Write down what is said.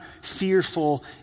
fearful